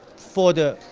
for the